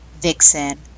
Vixen